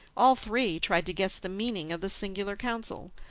all three tried to guess the meaning of the singular counsel,